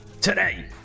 Today